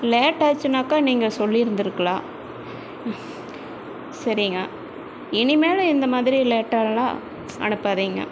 லேட்டாச்சுனாக்கா நீங்கள் சொல்லியிருந்துருக்கலாம் சரிங்க இனிமேல் இந்த மாதிரி லேட்டாயெல்லாம் அனுப்பாதீங்க